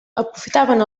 aprofitaven